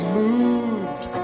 moved